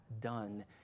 done